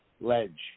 ledge